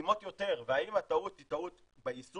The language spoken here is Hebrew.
שמתאימות יותר והאם הטעות היא טעות ביישום,